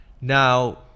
now